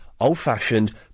Old-fashioned